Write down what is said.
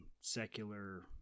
secular